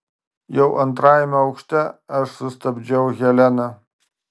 jau antrajame aukšte aš sustabdžiau heleną